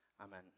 Amen